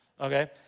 okay